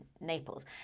naples